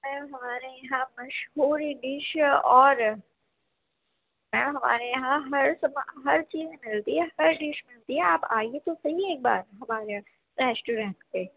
میم ہمارے یہاں مشہور ڈش اور میم ہمارے یہاں ہر ہر چیز ملتی ہے ہر ڈش ملتی ہے آپ آئیے تو صحیح ایک بار ہمارے یہاں ریسٹورینٹ پہ